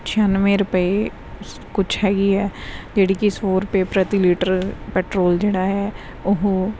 ਛਿਆਨਵੇਂ ਰੁਪਏ ਕੁਛ ਹੈਗੀ ਹੈ ਜਿਹੜੀ ਕਿ ਸੌ ਰੁਪਏ ਪ੍ਰਤੀ ਲੀਟਰ ਪੈਟਰੋਲ ਜਿਹੜਾ ਹੈ ਉਹ